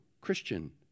Christian